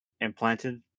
implanted